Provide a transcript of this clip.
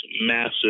massive